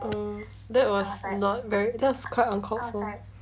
mm that was not ver~ that was quite uncalled for